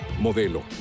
Modelo